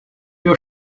meu